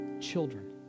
children